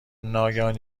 ناگهان